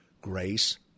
grace